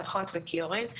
מקלחות וכיורים,